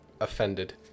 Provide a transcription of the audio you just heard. offended